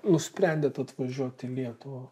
nusprendėt atvažiuot į lietuvą